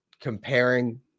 comparing